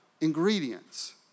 ingredients